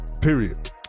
period